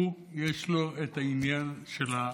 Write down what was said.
הוא, יש לו את העניין של הכבוד,